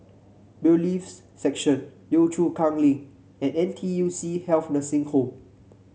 Bailiffs' Section Yio Chu Kang Link and N T U C Health Nursing Home